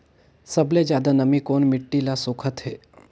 सबले ज्यादा नमी कोन मिट्टी ल सोखत हे?